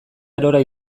arora